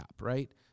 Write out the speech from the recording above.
right